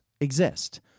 exist